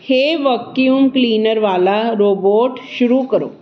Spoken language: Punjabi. ਹੇ ਵਕਿਊਮ ਕਲੀਨਰ ਵਾਲਾ ਰੋਬੋਟ ਸ਼ੁਰੂ ਕਰੋ